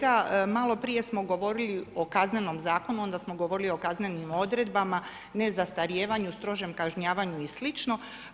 Pa kolega, malo prije smo govorili o kaznenom zakonu, onda smo govorili o kaznenim odredbama, ne zastarijevanju, strožem kažnjavanju i slično.